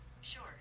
Sure